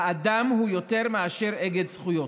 האדם הוא יותר מאשר אגד זכויות,